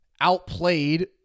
outplayed